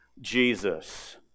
Jesus